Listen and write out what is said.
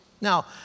Now